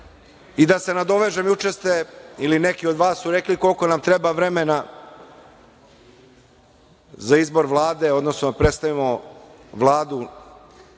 I da se nadovežem, juče ste ili neki od vas su rekli koliko nam treba vremena za izbor Vlade odnosno da predstavimo Vladu,